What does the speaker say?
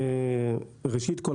ראשית כל,